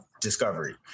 Discovery